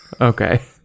Okay